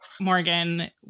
Morgan